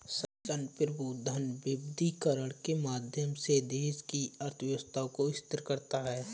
संप्रभु धन विविधीकरण के माध्यम से देश की अर्थव्यवस्था को स्थिर करता है